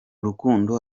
rukundo